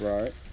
Right